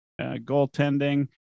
goaltending